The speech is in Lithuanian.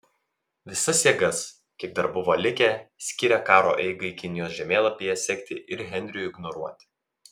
visas jėgas kiek dar buvo likę skyrė karo eigai kinijos žemėlapyje sekti ir henriui ignoruoti